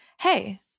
Hey